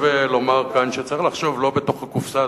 אני חושב לומר כאן שצריך לחשוב לא בתוך הקופסה,